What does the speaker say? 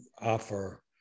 offer